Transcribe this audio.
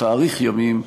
שתאריך ימים,